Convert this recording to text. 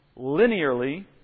linearly